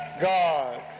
god